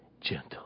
gentle